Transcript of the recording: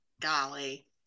Golly